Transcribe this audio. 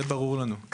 זה ברור לנו.